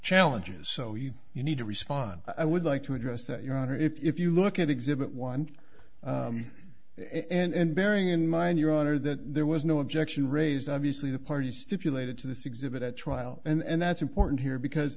challenges so you you need to respond i would like to address that your honor if you look at exhibit one and bearing in mind your honor that there was no objection raised obviously the party stipulated to this exhibit at trial and that's important here because